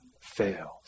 fails